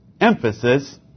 emphasis